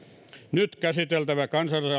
nyt käsiteltävä